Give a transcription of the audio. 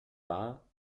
war